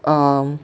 um